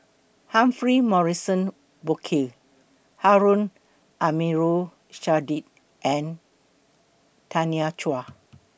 Humphrey Morrison Burkill Harun Aminurrashid and Tanya Chua